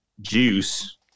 juice